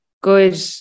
good